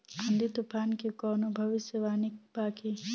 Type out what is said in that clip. आँधी तूफान के कवनों भविष्य वानी बा की?